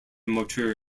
motor